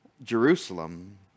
Jerusalem